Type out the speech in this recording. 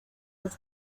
dos